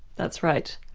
that's right.